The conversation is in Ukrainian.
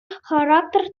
характер